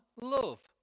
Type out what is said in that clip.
love